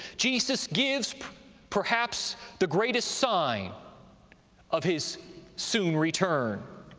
jesus gives perhaps the greatest sign of his soon return.